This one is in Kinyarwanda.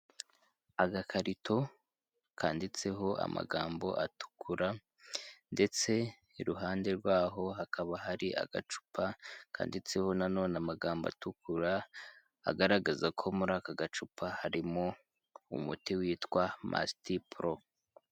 Agakarito kanditseho amagambo atukura ndetse iruhande rwaho hakaba hari agacupa kanditseho na none amagambo atukura, agaragaza ko muri aka gacupa harimo umuti witwa Mastipro.